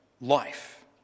life